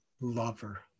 lover